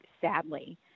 sadly